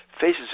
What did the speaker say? faces